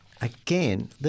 Again